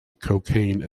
cocaine